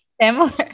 similar